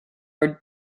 are